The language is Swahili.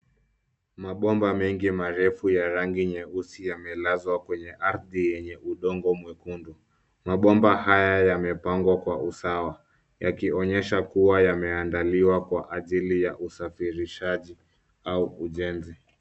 Mabomba mengi marefu ya rangi nyeusi yamelazwa kwenye ardhi yenye udongo mwekundu. Mabomba haya yamepangwa kwa usawa, yakionyesha kuwa yameandaliwa kwa ajili ya usafirishaji au ujenzi.